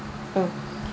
okay